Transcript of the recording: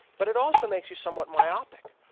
but it also makes you somewhat myopic.